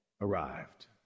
arrived